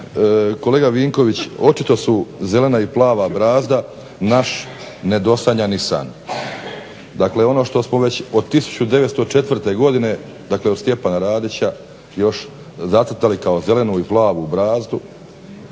Kolega Vinković, očito su zelena i plava brazda naš nedosanjani san. Dakle ono što smo već od 19054. godine dakle od Stjepana Radića još zacrtali kao zelenu i plavu brazdu,